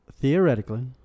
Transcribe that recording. Theoretically